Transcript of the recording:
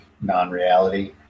non-reality